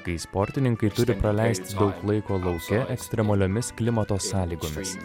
kai sportininkai turi praleist daug laiko lauke ekstremaliomis klimato sąlygomis